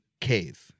cave